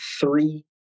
three